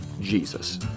Jesus